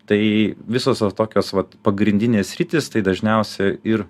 tai visos va tokios vat pagrindinės sritys tai dažniausia ir